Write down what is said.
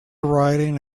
riding